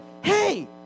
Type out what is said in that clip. hey